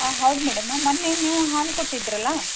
ಹಾಂ ಹೌದು ಮೇಡಮ್ ಮೊನ್ನೆ ನೀವು ಹಾಲು ಕೊಟ್ಟಿದ್ದಿರಲ್ಲ